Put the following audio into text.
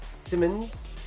Simmons